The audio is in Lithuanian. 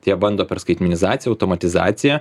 tai jie bando per skaitmenizaciją automatizaciją